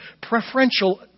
preferential